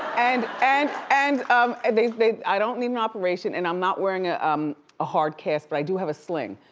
and, and, and um and i don't need an operation, and i'm not wearing ah um a hard cast, but i do have a sling,